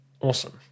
awesome